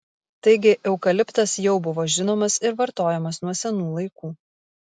taigi eukaliptas jau buvo žinomas ir vartojamas nuo senų laikų